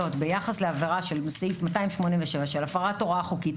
ביחס לעבירה של סעיף 287 של הפרת הוראה חוקית,